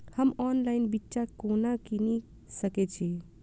हम ऑनलाइन बिच्चा कोना किनि सके छी?